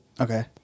Okay